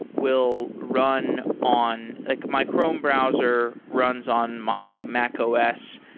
will run on like my chrome browser runs on my mac os.